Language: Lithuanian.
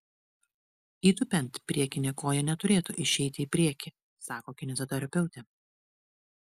įtūpiant priekinė koja neturėtų išeiti į priekį sako kineziterapeutė